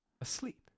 asleep